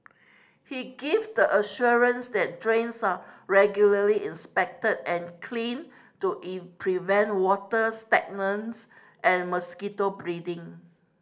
he gave the assurance that drains are regularly inspected and cleaned to prevent water stagnation and mosquito breeding